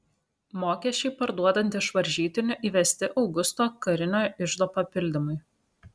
mokesčiai parduodant iš varžytinių įvesti augusto karinio iždo papildymui